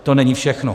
To není všechno.